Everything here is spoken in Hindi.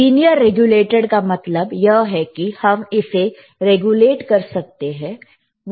लीनियर रेगुलेटेड का मतलब यह की कि हम इसे रेगुलेट कर सकते हैं